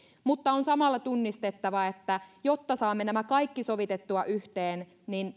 mutta on samalla tunnistettava että jotta saamme nämä kaikki sovitettua yhteen